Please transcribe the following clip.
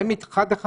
זה מצד אחד.